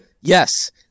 Yes